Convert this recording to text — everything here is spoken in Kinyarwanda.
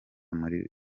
muri